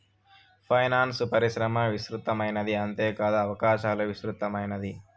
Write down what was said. finance పరిశ్రమ విస్తృతమైనది అంతేకాదు అవకాశాలు విస్తృతమైనది